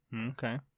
Okay